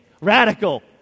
Radical